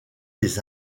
des